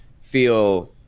feel